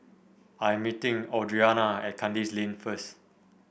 I am meeting Audriana at Kandis Lane first